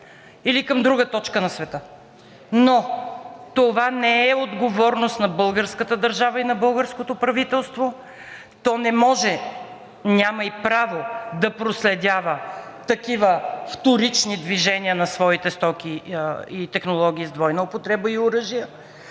или към друга точка на света. Но това не е отговорност на българската държава и на българското правителство. То не може, няма и право да проследява такива вторични движения на своите стоки и технологии с двойна употреба и оръжия.